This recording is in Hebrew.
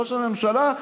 ראש הממשלה,